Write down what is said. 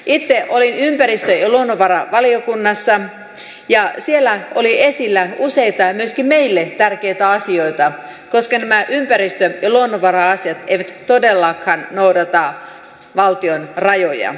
itse olin ympäristö ja luonnonvaravaliokunnassa ja siellä oli esillä useita myöskin meille tärkeitä asioita koska nämä ympäristö ja luonnonvara asiat eivät todellakaan noudata valtion rajoja